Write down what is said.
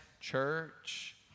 church